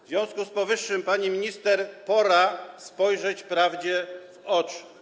W związku z powyższym, pani minister, pora spojrzeć prawdzie w oczy.